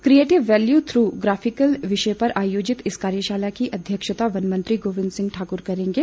creating value through geographical विषय पर आयोजित इस कार्यशाला की अध्यक्षता वन मंत्री गोविंद सिंह ठाकुर करेंगे